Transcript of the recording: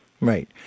Right